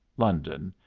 london,